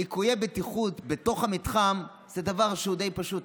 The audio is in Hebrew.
ליקויי בטיחות בתוך המתחם זה דבר שהוא די פשוט.